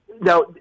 Now